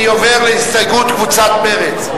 אני עובר להסתייגות קבוצת מרצ.